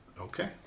Okay